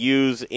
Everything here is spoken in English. use